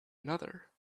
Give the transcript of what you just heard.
another